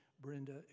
Brenda